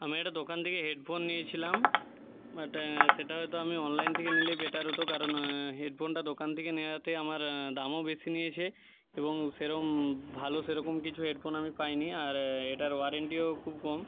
আমি একটা দোকান থেকে হেডফোন নিয়েছিলাম বাট সেটা হয়তো আমি অনলাইন থেকে নিলেই বেটার হতো কারণ হেডফোনটা দোকান থেকে নেওয়াতে আমার দামও বেশি নিয়েছে এবং সেরম ভালো সেরকম কিছু হেডফোন আমি পায় নি আর এটার ওয়ারেন্টিও খুব কম